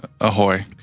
Ahoy